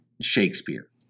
Shakespeare